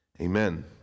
Amen